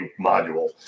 module